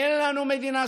אין לנו מדינה ספייר,